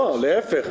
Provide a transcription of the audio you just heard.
לא, להפך.